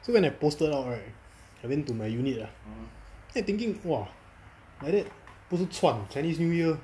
so when I posted out right I went to my unit ah then I thinking !wah! like that 不是喘 chinese new year